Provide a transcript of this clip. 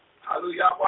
Hallelujah